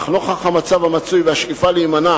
אך נוכח המצב המצוי והשאיפה להימנע